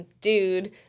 dude